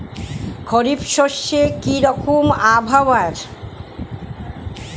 খরিফ শস্যে কি রকম আবহাওয়ার?